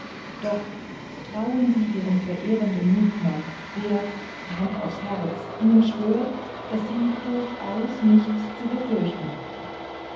doch trauen sie ihrem sie verehrenden mietsmann der hand aufs herz ihnen schwört daß sie durchaus nichts zu befürchten haben